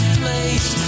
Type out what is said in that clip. place